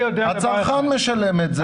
הצרכן משלם את זה.